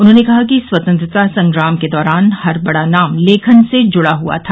उन्होंने कहा कि स्वतंत्रता संग्राम के दौरान हर बड़ा नाम लेखन से जुड़ा हुआ था